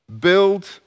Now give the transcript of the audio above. Build